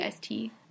ST